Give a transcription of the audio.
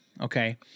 okay